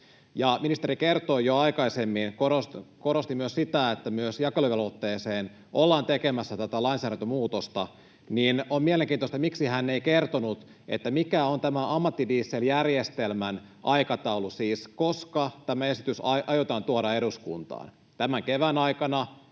Ministeri kertoi jo aikaisemmin, korosti myös sitä, että myös jakeluvelvoitteeseen ollaan tekemässä tätä lainsäädäntömuutosta, joten on mielenkiintoista, miksi hän ei kertonut, mikä on tämä ammattidieseljärjestelmän aikataulu. Siis koska tämä esitys aiotaan tuoda eduskuntaan? Tämän kevään aikana,